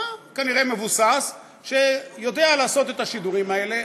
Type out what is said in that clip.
כנראה מבוסס, שיודע לעשות את השידורים האלה.